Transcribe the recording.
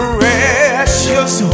Precious